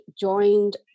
joined